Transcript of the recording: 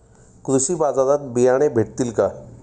कृषी बाजारात बियाणे भेटतील का?